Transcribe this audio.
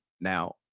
now